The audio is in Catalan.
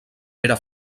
era